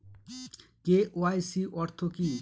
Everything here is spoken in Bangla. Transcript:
কে.ওয়াই.সি অর্থ কি?